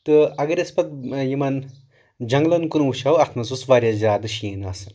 تہٕ اگر أسۍ پتہٕ یِمن جنگلن کُن وٕچھو اتھ منٛز اوس واریاہ زیادٕ شیٖن آسان